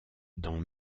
dans